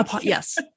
yes